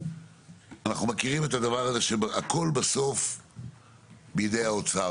אנחנו מכירים את הדבר הזה שהכול בסוף בידי האוצר.